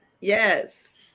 Yes